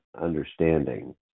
understanding